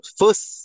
first